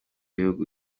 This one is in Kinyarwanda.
y’igihugu